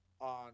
on